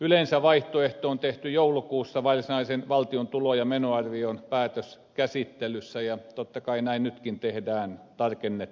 yleensä vaihtoehto on tehty joulukuussa varsinaisen valtion tulo ja menoarvion päätöskäsittelyssä ja totta kai näin nytkin tehdään tarkennettuna